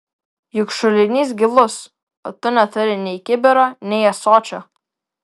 juk šulinys gilus o tu neturi nei kibiro nei ąsočio